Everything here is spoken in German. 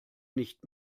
nicht